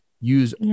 use